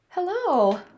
Hello